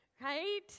right